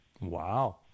Wow